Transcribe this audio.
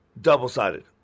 double-sided